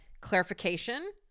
Clarification